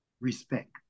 respect